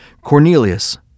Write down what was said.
Cornelius